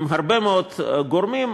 עם הרבה מאוד גורמים,